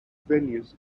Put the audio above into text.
venues